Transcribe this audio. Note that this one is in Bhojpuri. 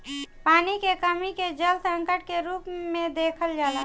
पानी के कमी के जल संकट के रूप में देखल जाला